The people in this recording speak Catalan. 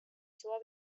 seva